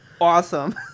Awesome